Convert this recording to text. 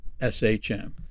SHM